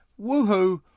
Woohoo